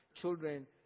children